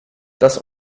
das